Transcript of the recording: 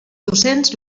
docents